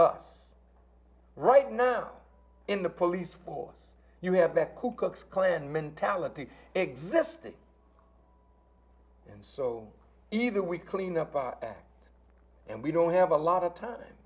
us right now in the police force you have back who cooks clan mentality existing and so either we clean up our act and we don't have a lot of time